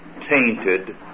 tainted